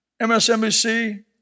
MSNBC